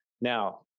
Now